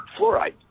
fluoride